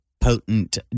potent